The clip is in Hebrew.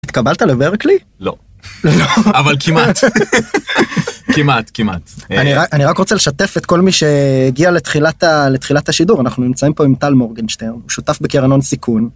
התקבלת לברקלי? לא אבל כמעט כמעט כמעט אני רק רוצה לשתף את כל מי שהגיע לתחילת לתחילת השידור אנחנו נמצאים פה עם טל מורגנשטיין שותף בקרן הון סיכון.